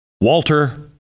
Walter